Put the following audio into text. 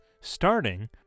Starting